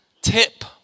tip